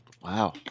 Wow